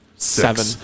seven